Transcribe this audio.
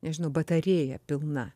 nežinau batarėja pilna